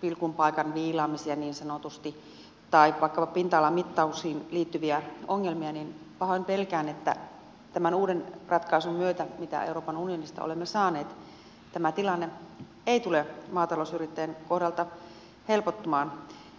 pilkun paikan viilaamisia niin sanotusti tai vaikkapa pinta alan mittauksiin liittyviä ongelmia niin pahoin pelkään että tämän uuden ratkaisun myötä mitä euroopan unionista olemme saaneet tämä tilanne ei tule maatalousyrittäjän kohdalta helpottumaan